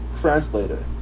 translator